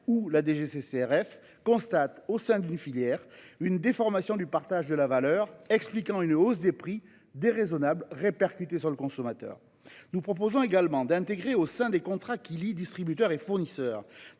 ou la DGCCRF constataient, au sein d’une filière, une déformation du partage de la valeur entraînant une hausse des prix déraisonnable, répercutée sur le consommateur. Nous proposons également que les contrats entre distributeurs et fournisseurs